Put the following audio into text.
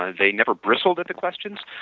ah they never bristled at the questions.